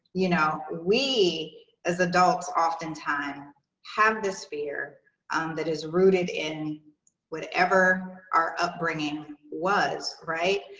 you know, we as adults oftentimes have this fear um that is rooted in whatever our upbringing was right?